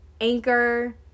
Anchor